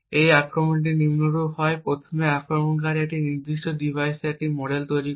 এখন আক্রমণটি নিম্নরূপ হয় প্রথমে আক্রমণকারী এই নির্দিষ্ট ডিভাইসের একটি মডেল তৈরি করে